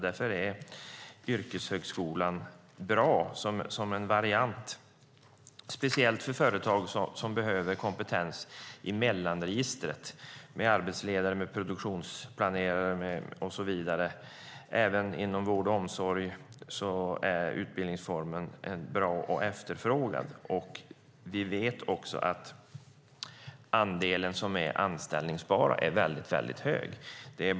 Därför är yrkeshögskolan bra som en variant, speciellt för företag som behöver kompetens i mellanregistret. Det kan gälla arbetsledare, produktionsplanerare och så vidare. Även inom vård och omsorg är utbildningsformen bra och efterfrågad. Vi vet att andelen anställbara personer är väldigt stor.